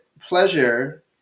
pleasure